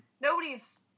nobody's